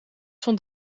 stond